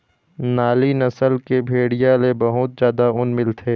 नाली नसल के भेड़िया ले बहुत जादा ऊन मिलथे